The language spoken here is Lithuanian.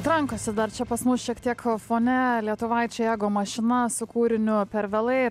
trankosi dar čia pas mus šiek tiek fone lietuvaičiai ego mašina su kūriniu per vėlai